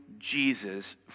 Jesus